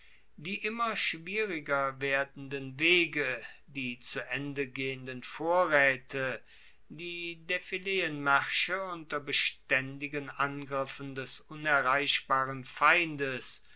die immer schwieriger werdenden wege die zu ende gehenden vorraete die defileenmaersche unter bestaendigen angriffen des unerreichbaren feindes